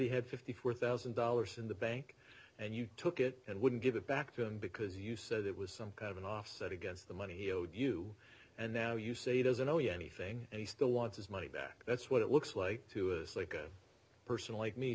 he had fifty four thousand dollars in the bank and you took it and wouldn't give it back to him because you said it was some kind of an offset against the money he owed you and now you say doesn't owe you anything and he still wants his money back that's what it looks like to us like a person like me